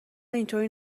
اینطوری